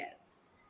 kids